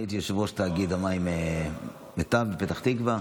אני הייתי יושב-ראש תאגיד המים מיתב בפתח תקווה,